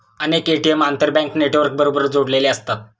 अनेक ए.टी.एम आंतरबँक नेटवर्कबरोबर जोडलेले असतात